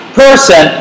person